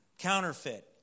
Counterfeit